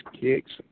kicks